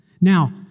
Now